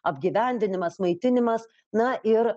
apgyvendinimas maitinimas na ir